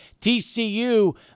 TCU